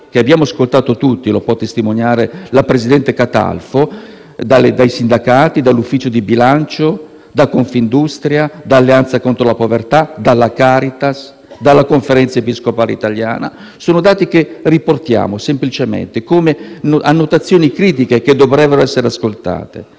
che abbiamo ascoltato tutti, come può testimoniare la presidente Catalfo, dai sindacati, dall'Ufficio parlamentare di bilancio, da Confindustria, da Alleanza contro la povertà, dalla Caritas, dalla Conferenza episcopale italiana. Sono dati che riportiamo semplicemente come annotazioni critiche che dovrebbero essere ascoltate.